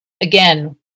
Again